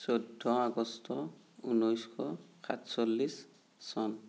চৈধ্য আগষ্ট ঊনৈছশ সাতচল্লিছ চন